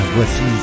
Voici